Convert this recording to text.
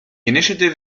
initiative